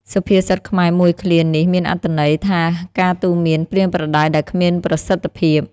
សុភាសិតខ្មែរមួយឃ្លានេះមានអត្ថន័យ ថាការទូន្មានប្រៀនប្រដៅដែលគ្មានប្រសិទ្ធភាព។